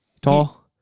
Tall